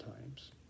times